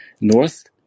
North